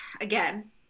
again